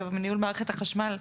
מניהול מערכת החשמל,